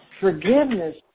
Forgiveness